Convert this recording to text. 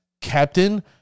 Captain